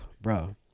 bro